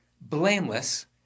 blameless